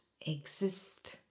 exist